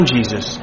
Jesus